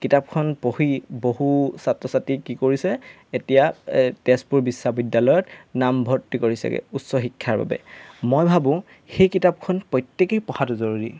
কিতাপখন পঢ়ি বহু ছাত্ৰ ছাত্ৰী কি কৰিছে এতিয়া তেজপুৰ বিশ্ববিদ্যালয়ত নামভৰ্তি কৰিছে উচ্চ শিক্ষাৰ বাবে মই ভাবোঁ সেই কিতাপখন প্ৰত্যেকেই পঢ়াটো জৰুৰী